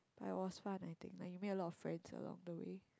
but it was fun I think like you make a lot of friends along the way